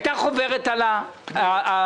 הייתה חוברת של הפניות,